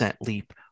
leap